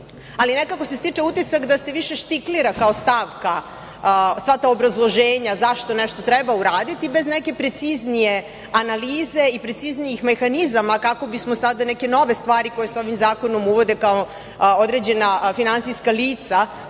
ali nekako se stiče utisak da se više štiklira kao stavka, sva ta obrazloženja zašto nešto treba uraditi, bez neke preciznije analize i preciznijih mehanizama kako bismo sada neke nove stvari koje se ovim zakonom uvode kao određena finansijska lica koja